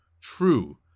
true